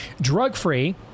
drug-free